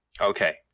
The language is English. Okay